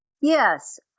Yes